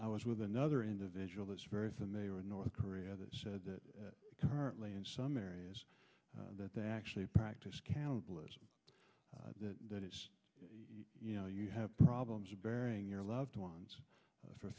i was with another individual that's very familiar in north korea that said that currently in some areas that they actually practice countless that that is you know you have problems burying your loved ones for